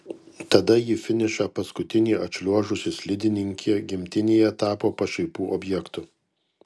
tada į finišą paskutinė atšliuožusi slidininkė gimtinėje tapo pašaipų objektu